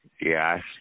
yes